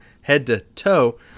head-to-toe